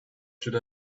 should